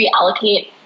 reallocate